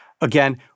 Again